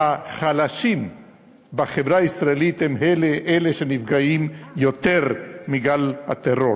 החלשים בחברה הישראלית הם אלה שנפגעים יותר מגל הטרור.